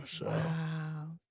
Wow